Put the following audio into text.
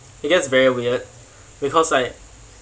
it gets very weird because like